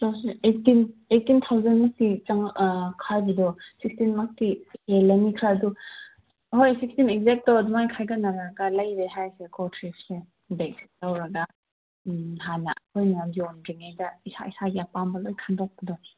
eighteen eighteen thousand ꯃꯨꯛꯇꯤ ꯈꯥꯏꯕꯗꯣ ꯁꯤꯛꯁꯇꯤꯟꯃꯛꯇꯤ ꯍꯦꯜꯂꯅꯤ ꯈꯔ ꯑꯗꯨ ꯍꯣꯏ ꯁꯤꯛꯁꯇꯤꯟ ꯑꯦꯛꯖꯦꯛꯇꯣ ꯑꯗꯨꯃꯥꯏ ꯈꯥꯏꯒꯠꯅꯔꯒ ꯂꯩꯔꯦ ꯍꯥꯏꯔꯁꯦꯀꯣ ꯊ꯭ꯔꯤꯐꯁꯦ ꯕꯦꯒ ꯂꯧꯔꯒ ꯎꯝ ꯍꯥꯟꯅ ꯑꯩꯈꯣꯏꯅ ꯌꯣꯟꯗ꯭ꯔꯤꯉꯩꯗ ꯏꯁꯥ ꯏꯁꯥꯒꯤ ꯑꯄꯥꯝꯕ ꯂꯣꯏ ꯈꯟꯗꯣꯛꯄꯗꯣ